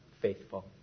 faithful